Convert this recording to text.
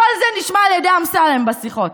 כל זה נשמע על ידי אמסלם בשיחות,